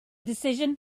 decision